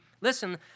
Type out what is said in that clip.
listen